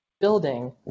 building